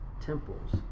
temples